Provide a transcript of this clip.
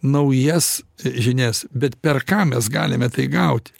naujas žinias bet per ką mes galime tai gaut